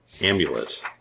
amulet